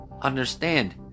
Understand